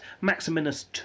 Maximinus